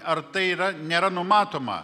ar tai yra nėra numatoma